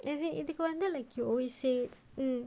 is it இதுக்குவந்து:idhukkum vandhu like you always say um